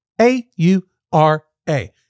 A-U-R-A